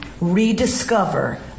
rediscover